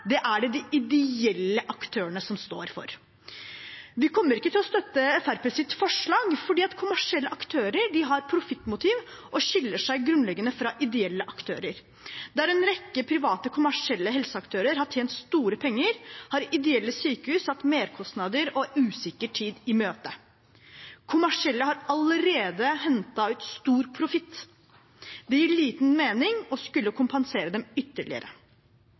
står for. Vi kommer ikke til å støtte Fremskrittspartiets forslag, fordi kommersielle aktører har profittmotiv og skiller seg grunnleggende fra ideelle aktører. Der en rekke private kommersielle helseaktører har tjent store penger, har ideelle sykehus hatt merkostnader og sett en usikker tid i møte. De kommersielle har allerede hentet ut stor profitt. Det gir liten mening å skulle kompensere dem ytterligere.